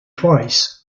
twice